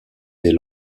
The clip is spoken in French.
des